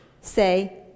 say